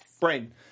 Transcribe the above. Brain